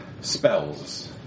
spells